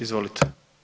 Izvolite.